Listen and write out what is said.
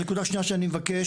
הנקודה השניה אני מבקש,